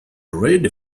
already